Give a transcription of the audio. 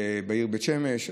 בעיר בית שמש.